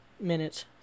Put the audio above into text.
minutes